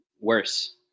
worse